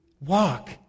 walk